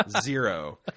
Zero